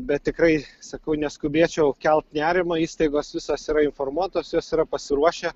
bet tikrai sakau neskubėčiau kelt nerimo įstaigos visos yra informuotos jos yra pasiruošę